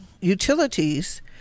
utilities